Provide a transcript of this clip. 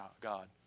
God